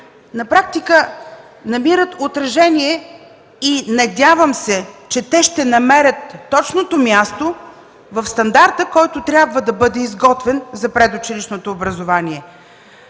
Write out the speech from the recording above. на практика намира отражение и се надявам, че ще намери точното място в стандарта, който трябва да бъде изготвен за предучилищното образование.